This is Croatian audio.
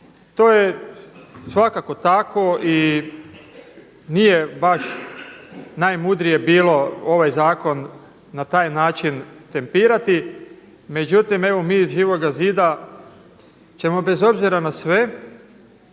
To je svakako tako i nije baš najmudrije bilo ovaj zakon na taj način tempirati. Međutim evo mi iz Živoga zida ćemo bez obzira na sve